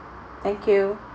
thank you